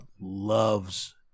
loves